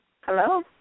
Hello